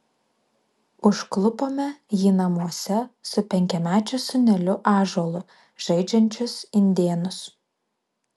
užklupome jį namuose su penkiamečiu sūneliu ąžuolu žaidžiančius indėnus